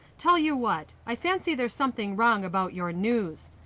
tell you what, i fancy there's something wrong about your news.